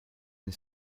est